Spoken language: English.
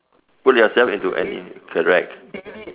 put yourself into any correct